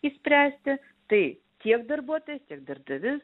išspręsti tai tiek darbuotojas ir darbdavys